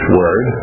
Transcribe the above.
word